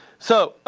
so